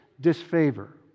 disfavor